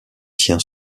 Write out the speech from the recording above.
tient